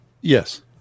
Yes